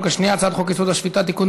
השנייה: הצעת חוק-יסוד: השפיטה (תיקון,